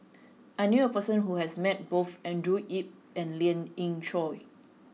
I knew a person who has met both Andrew Yip and Lien Ying Chow